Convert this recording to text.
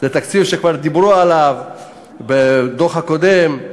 זה תקציב שכבר דיברו עליו בדוח הקודם,